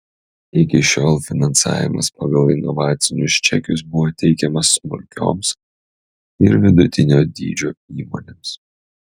iki šiol finansavimas pagal inovacinius čekius buvo teikiamas smulkioms ir vidutinio dydžio įmonėms